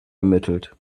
ermittelt